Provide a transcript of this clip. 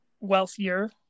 wealthier